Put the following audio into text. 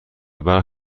برق